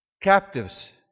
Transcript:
captives